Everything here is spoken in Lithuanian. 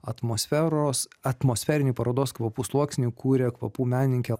atmosferos atmosferinį parodos kvapų sluoksnį kūrė kvapų menininkė